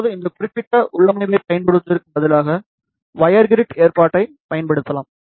இப்போது இந்த குறிப்பிட்ட உள்ளமைவைப் பயன்படுத்துவதற்கு பதிலாக வயர் கிரிட் ஏற்பாட்டைப் பயன்படுத்தலாம்